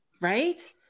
Right